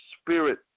spirit